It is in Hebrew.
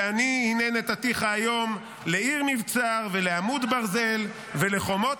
ואני הנה נתתיך היום לעיר מבצר ולעמוד ברזל ולחמות